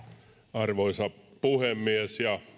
arvoisa puhemies